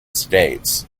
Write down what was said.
states